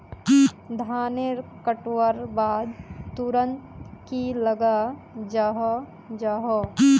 धानेर कटवार बाद तुरंत की लगा जाहा जाहा?